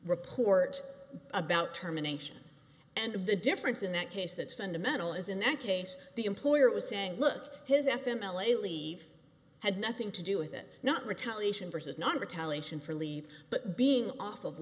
report about terminations and the difference in that case that's fundamental as in that case the employer was saying look his f m l a leave had nothing to do with it not retaliation vs not retaliation for leave but being off of